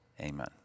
Amen